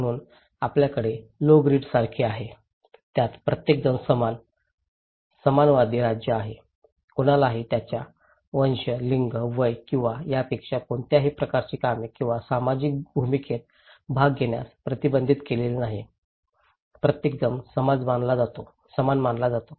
म्हणून आपल्याकडे low grid सारखे आहे ज्यात प्रत्येकजण समान समानतावादी राज्य आहे कुणालाही त्यांच्या वंश लिंग वय किंवा त्यापेक्षाही कोणत्याही प्रकारची कामे किंवा सामाजिक भूमिकेत भाग घेण्यास प्रतिबंधित केलेले नाही प्रत्येकजण समान मानला जातो